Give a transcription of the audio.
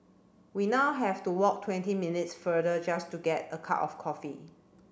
we now have to walk twenty minutes further just to get a cup of coffee